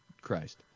Christ